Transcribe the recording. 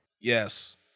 Yes